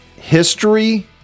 history